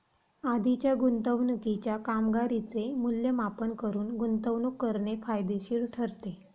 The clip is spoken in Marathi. आधीच्या गुंतवणुकीच्या कामगिरीचे मूल्यमापन करून गुंतवणूक करणे फायदेशीर ठरते